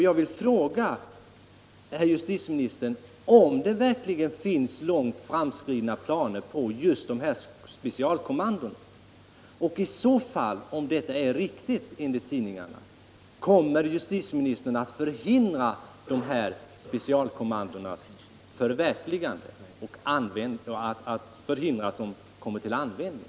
Jag vill fråga herr justitieministern om det verkligen finns långt framskridna planer på dessa specialkommandon. Om tidningsuppgifterna är riktiga, kommer justitieministern i så fall att förhindra dessa specialkommandons förverkligande och användning?